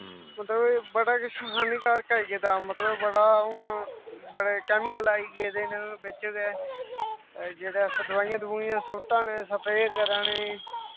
मतलव बड़ा किश हानिकार आई गेदे मतलव बड़ा हून बड़े कैमिकल आई गेदे न बिच्च गै जेह्ड़ी अस दवाईयां दवुईयां सुट्ट करने सप्रे करा ने